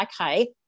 okay